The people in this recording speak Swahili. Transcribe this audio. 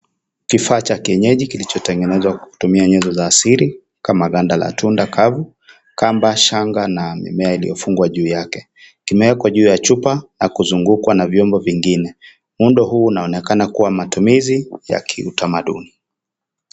Kifaa cha kienyeji kilicho tengenezwa kutumia nyuzi za siri, kama ganda la tunda kafu, kamba, shanga, na mimea iliyofungwa juu yake. Kimeekwa juu ya chupa na kuzungukwa na vyombo vingine. Muundo huu unaonekana kuwa matumizi ya kiutamaduni.